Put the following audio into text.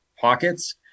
pockets